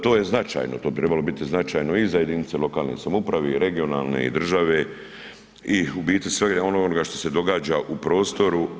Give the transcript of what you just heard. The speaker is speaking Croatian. To je značajno, to bi trebalo biti značajno i za jedinice lokalne samouprave i regionalne i države i u biti svega onoga što se događa u prostoru.